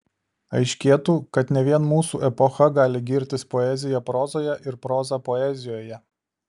aiškėtų kad ne vien mūsų epocha gali girtis poezija prozoje ir proza poezijoje